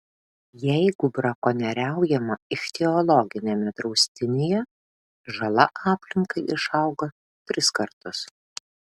jeigu brakonieriaujama ichtiologiniame draustinyje žala aplinkai išauga tris kartus